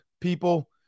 people